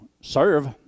serve